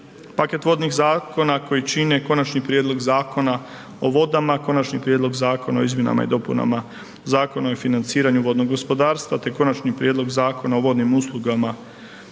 paket vodnih zakona koji čine Konačni prijedlog Zakona o vodama, Konačni prijedlog Zakona o izmjenama i dopunama Zakona o financiraju vodnog gospodarstva te Konačni prijedlog Zakona o vodnim uslugama